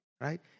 right